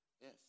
Yes